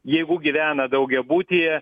jeigu gyvena daugiabutyje